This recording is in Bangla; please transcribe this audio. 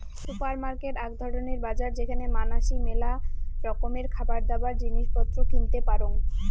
সুপারমার্কেট আক ধরণের বাজার যেখানে মানাসি মেলা রকমের খাবারদাবার, জিনিস পত্র কিনতে পারং